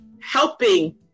helping